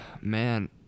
man